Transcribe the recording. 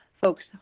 folks